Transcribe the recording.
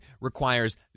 requires